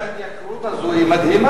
שכנעת אותנו שההתייקרות הזו היא מדהימה,